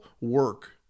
work